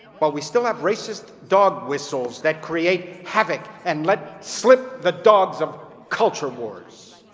but we still have racist dog-whistles that create havoc and let slip the dogs of culture wars.